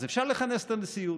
אז אפשר לכנס את הנשיאות,